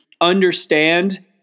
understand